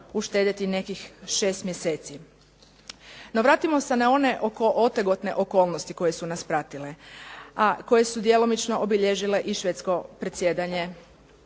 uštedjeti nekih 6 mjeseci. No vratimo se na one otegotne okolnosti koje su nas pratile, a koje su djelomično obilježile i švedsko predsjedanje